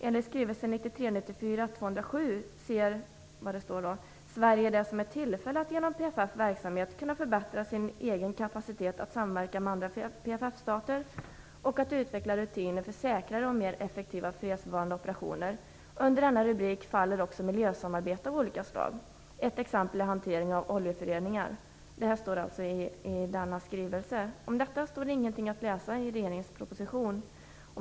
Enligt skrivelse 1993/94:207 ser Sverige det som ett tillfälle att genom PFF-verksamhet kunna förbättra sin egen kapacitet att samverka med andra PFF-stater och att utveckla rutiner för säkrare och mera effektiva fredsbevarande operationer. Under denna rubrik faller också miljösamarbete av olika slag. Ett exempel är hanteringen av oljeföroreningar. Det här står alltså i denna skrivelse, men om detta står ingenting att läsa i regeringens proposition.